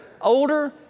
older